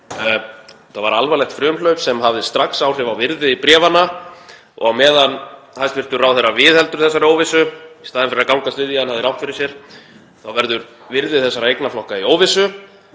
alvarlegt frumhlaup sem hafði strax áhrif á virði bréfanna. Á meðan hæstv. ráðherra viðheldur þessari óvissu í staðinn fyrir að gangast við því að hann hafi rangt fyrir sér þá verður virði þessara eignaflokka í óvissu,